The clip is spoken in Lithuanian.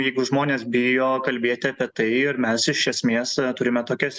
jeigu žmonės bijo kalbėti apie tai ir mes iš esmės turime tokias